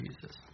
Jesus